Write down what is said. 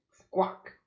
Squawk